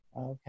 okay